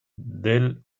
del